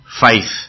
faith